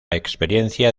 experiencia